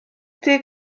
deg